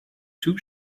too